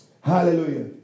Hallelujah